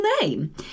name